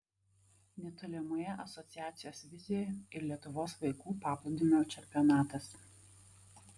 netolimoje asociacijos vizijoje ir lietuvos vaikų paplūdimio čempionatas